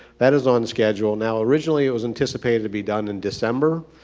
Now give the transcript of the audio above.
that is on schedule. now originally it was anticipated to be done in december.